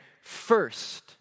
first